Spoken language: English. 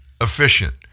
efficient